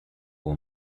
will